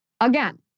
Again